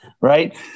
right